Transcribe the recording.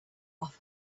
off